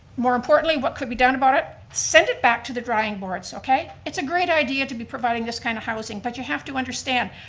more importantly, what could be done about it? send it back to the drying board, so okay? it's a great idea to be providing this kind of housing but you have to understand,